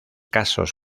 casos